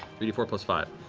three d four plus five.